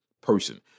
Person